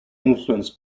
influenced